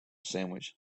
sandwich